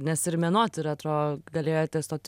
nes ir menotyra atro galėjote stot